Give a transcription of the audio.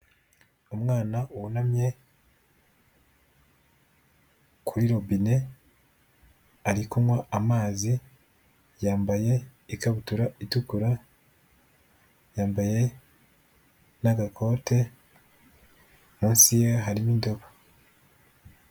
Umwana wunamye, kuri robine, ari kunywa amazi, yambaye ikabutura itukura, yambaye n'agakote, munsi ye harimo indobo.